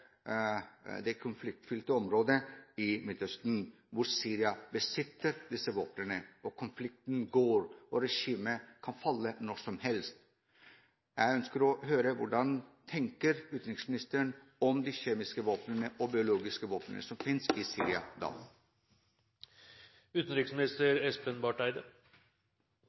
i Midtøsten, hvor Syria besitter disse våpnene, og konflikten går, og regimet kan falle når som helst. Jeg ønsker å høre hvordan utenriksministeren tenker om de kjemiske våpnene og biologiske våpnene som fins i